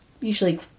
usually